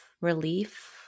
relief